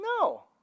No